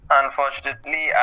unfortunately